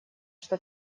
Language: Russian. что